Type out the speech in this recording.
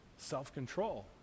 self-control